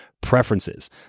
preferences